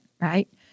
right